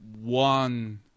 one